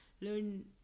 Learn